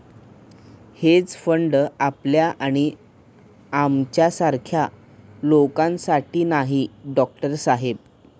hedge fund आपल्या आणि आमच्यासारख्या लोकांसाठी नाही, डॉक्टर साहेब